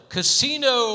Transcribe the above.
Casino